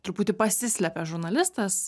truputį pasislepia žurnalistas